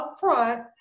upfront